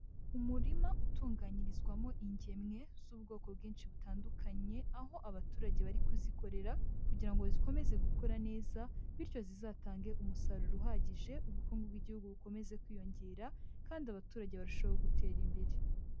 Umurima utunganyirizwamo ingemwe z'ubwoko bwinshi butandukanye, aho abaturage bari kuzikorera kugira ngo zikomeze gukora neza, bityo zizatange umusaruro uhagije, ubukungu bw'igihugu bukomeze kwiyongera kandi abaturage barushaho gutera imbere.